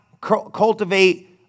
cultivate